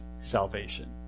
salvation